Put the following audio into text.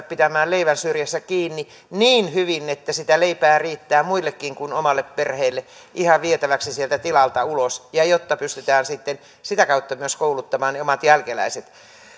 pitämään leivän syrjässä kiinni niin hyvin että sitä leipää riittää muillekin kuin omalle perheelle ihan vietäväksi sieltä tilalta ulos ja jotta pystytään sitä kautta myös kouluttamaan ne omat jälkeläiset